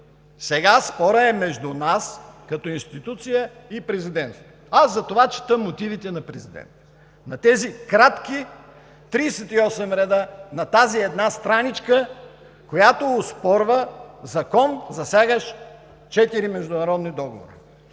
Сега спорът е между нас като институция и президента. Аз затова чета мотивите на президента, тези кратки 38 реда, тази една страничка, която оспорва Закон, засягащ четири международни договора.